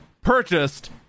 purchased